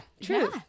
true